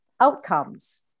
outcomes